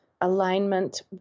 alignment